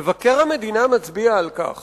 מבקר המדינה מצביע על כך